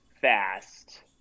Fast